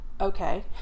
okay